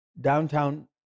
downtown